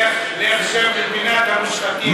לך שב בפינת המושחתים.